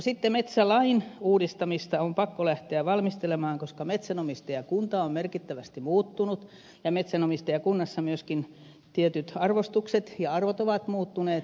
sitten metsälain uudistamista on pakko lähteä valmistelemaan koska metsänomistajakunta on merkittävästi muuttunut ja metsänomistajakunnassa myöskin tietyt arvostukset ja arvot ovat muuttuneet